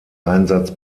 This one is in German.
einsatz